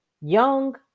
young